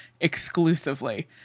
exclusively